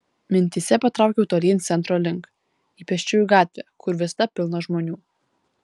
mintyse patraukiau tolyn centro link į pėsčiųjų gatvę kur visada pilna žmonių